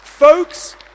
Folks